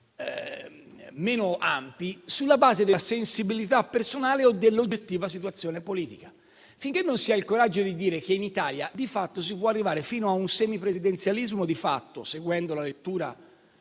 meno ampi sulla base della sensibilità personale o dell'oggettiva situazione politica. Finché non si ha il coraggio di dire che in Italia si può arrivare fino a un semipresidenzialismo di fatto, seguendo la lettura